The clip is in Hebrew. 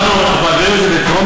אנחנו מעבירים את זה בטרומית,